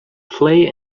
play